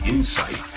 Insight